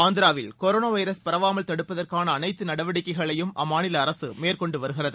ஆந்திராவில் corona virus பரவாமல் தடுப்பதற்கான அனைத்து நடவடிக்கைகளையும் அம்மாநில அரசு மேற்கொண்டுவருகிறது